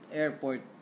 airport